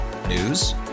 News